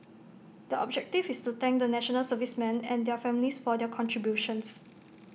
the objective is to thank the National Servicemen and their families for their contributions